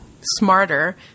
smarter